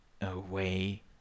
away